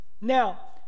Now